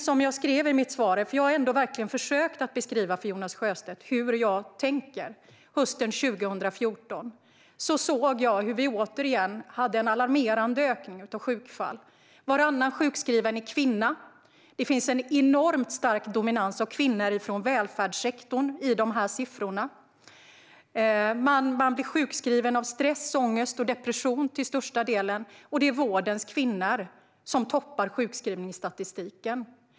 Som jag sa i mitt svar - jag har verkligen försökt att beskriva för Jonas Sjöstedt hur jag tänker - såg jag, när jag klev in hösten 2014, hur vi återigen hade en alarmerande ökning av antalet sjukfall. Varannan sjukskriven är kvinna, och det finns en enormt stark dominans av kvinnor från välfärdssektorn i dessa siffror. Man blir till största delen sjukskriven på grund av stress, ångest och depression, och det är vårdens kvinnor som toppar sjukskrivningsstatistiken.